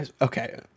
okay